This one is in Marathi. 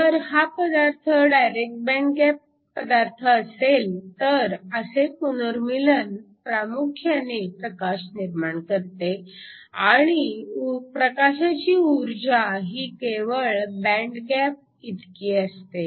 जर हा पदार्थ डायरेकट बँड गॅप पदार्थ असेल तर असे पुनर्मीलन प्रामुख्याने प्रकाश निर्माण करते आणि प्रकाशाची ऊर्जा ही केवळ बँड गॅप इतकी असते